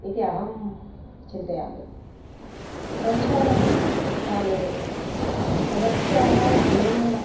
इति अहं चिन्तयामि सञ्चारकाले समस्याः न्यूनाः एव